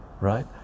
right